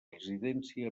residència